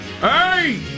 Hey